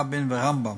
רבין ורמב"ם.